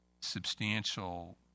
substantial